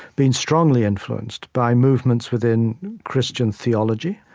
been strongly influenced by movements within christian theology.